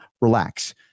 relax